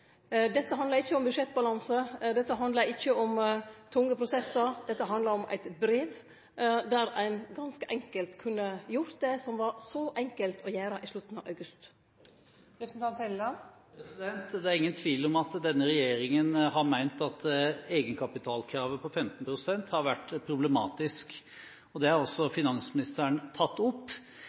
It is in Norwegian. dette? Dette handlar ikkje om budsjettbalanse. Dette handlar ikkje om tunge prosessar. Dette handlar om eit brev, der ein ganske enkelt kunne gjort det som var så enkelt å gjere i slutten av august. Det er ingen tvil om at denne regjeringen har ment at egenkapitalkravet på 15 pst. har vært problematisk. Det har også finansministeren tatt opp.